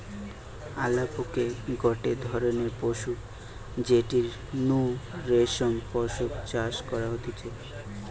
আলাপকে গটে ধরণের পশু যেটির নু রেশম পশম চাষ করা হতিছে